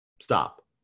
stop